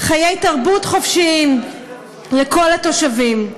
חיי תרבות חופשיים לכל התושבים.